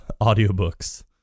audiobooks